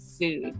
food